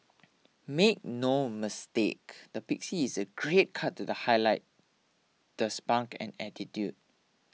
make no mistake the pixie is a great cut to the highlight the spunk and attitude